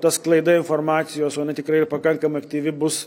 ta sklaida informacijos tikrai yra pakankamai aktyvi bus